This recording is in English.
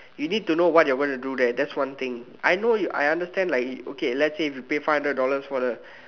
you need to know what you're going to do there that's one thing I know you I understand like okay let's say if you pay five hundred dollars for the